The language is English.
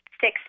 six